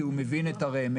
כי הוא מבין את הרמז,